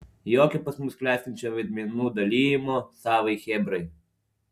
jokio pas mus klestinčio vaidmenų dalijimo savai chebrai